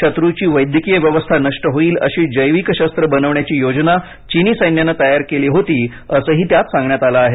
शत्रूची वैद्यकीय व्यवस्था नष्ट होईल अशी जैविक शस्त् बनविण्याची योजना चिनी सैन्याने तयार केली होती असंही त्यात सांगण्यात आलं आहे